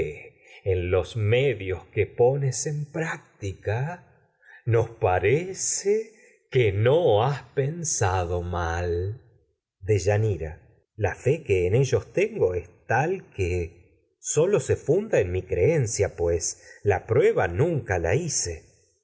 en los medios que pones en práctica nos parece la fe has pensado mal ellos pues deyanira sólo la que en tengo es tal que se funda en mi creencia la prueba nunca hice